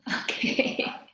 Okay